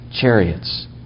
chariots